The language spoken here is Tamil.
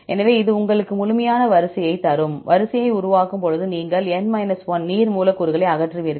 எனவே இது உங்களுக்கு முழு வரிசையையும் தரும் வரிசையை உருவாக்கும் போது நீங்கள் N 1 நீர் மூலக்கூறுகளை அகற்றுவீர்கள்